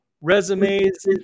resumes